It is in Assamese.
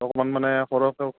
অকণমান মানে সৰহকৈ